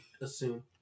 assume